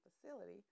facility